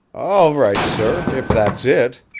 all right, sir, if that's it,